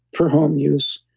for home use,